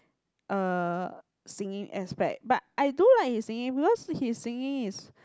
uh singing aspect but I do like his singing because his singing is